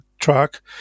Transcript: truck